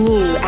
New